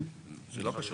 זה לא קשור.